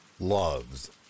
Loves